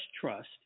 trust